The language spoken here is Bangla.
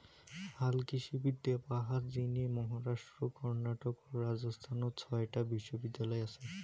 হালকৃষিবিদ্যা পড়ার জিনে মহারাষ্ট্র, কর্ণাটক ও রাজস্থানত ছয়টা বিশ্ববিদ্যালয় আচে